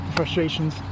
Frustrations